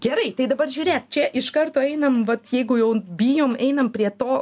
gerai tai dabar žiūrėk čia iš karto einam vat jeigu jau bijom einam prie to